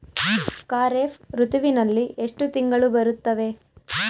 ಖಾರೇಫ್ ಋತುವಿನಲ್ಲಿ ಎಷ್ಟು ತಿಂಗಳು ಬರುತ್ತವೆ?